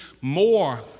more